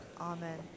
Amen